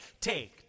take